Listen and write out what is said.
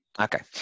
Okay